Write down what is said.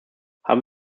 haben